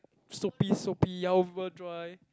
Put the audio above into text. soapy soapy dry